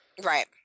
right